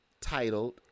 titled